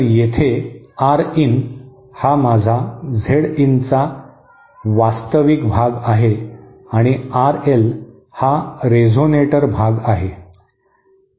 तर येथे R in हा माझा झेड इनचा वास्तविक भाग आहे आणि आर एल हा रेझोनेटर भाग आहे